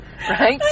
right